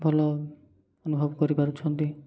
ଭଲ ଅନୁଭବ କରିପାରୁଛନ୍ତି